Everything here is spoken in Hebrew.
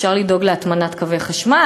אפשר לדאוג להטמנת קווי חשמל,